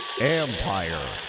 Empire